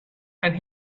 and